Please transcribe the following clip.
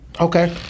okay